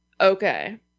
Okay